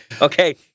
Okay